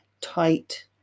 tight